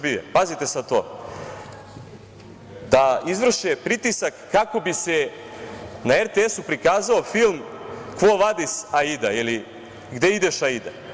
Pazite sad to, da izvrše pritisak kako bi se na RTS prikazao film „Quo Vadis Aida“ ili „Gde ideš Aida“